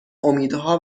امیدها